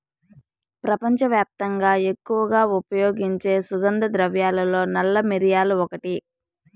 ప్రపంచవ్యాప్తంగా ఎక్కువగా ఉపయోగించే సుగంధ ద్రవ్యాలలో నల్ల మిరియాలు ఒకటి